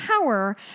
power